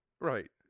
Right